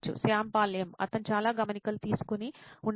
Shyam Pal M అతను చాలా గమనికలు తీసుకొని ఉండవచ్చు